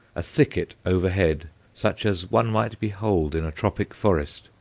a thicket overhead such as one might behold in a tropic forest,